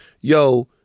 yo